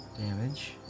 damage